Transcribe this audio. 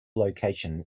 location